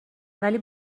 ولی